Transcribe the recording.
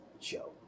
Joe